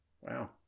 Wow